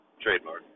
Trademark